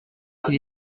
qu’il